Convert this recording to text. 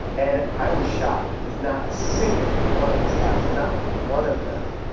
and i was shocked because not single one of these captains, not one of them,